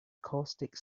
caustic